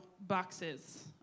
boxes